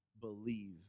believe